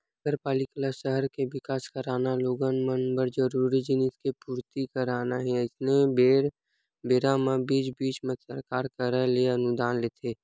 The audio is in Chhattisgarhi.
नगरपालिका ल सहर के बिकास कराना लोगन मन बर जरूरी जिनिस के पूरति कराना हे अइसन बेरा म बीच बीच म सरकार करा ले अनुदान लेथे